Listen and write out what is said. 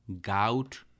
gout